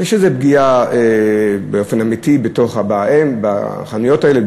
יש איזו פגיעה באופן אמיתי בחנויות האלה,